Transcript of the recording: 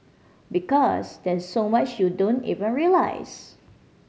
because there's so much you don't even realise